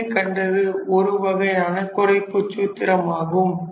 மேலே கண்டது ஒருவகையான குறைப்புச் சூத்திரமாகும்